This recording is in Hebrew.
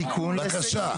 תיקון לסעיף,